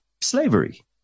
slavery